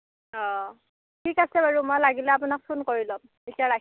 অ' ঠিক আছে বাৰু মই লাগিলে আপোনাক ফোন কৰি ল'ম এতিয়া ৰাখিছোঁ